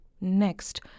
next